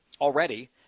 already